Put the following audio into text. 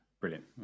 Brilliant